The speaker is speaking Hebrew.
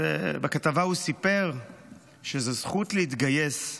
בכתבה הוא סיפר שזו זכות להתגייס,